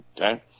okay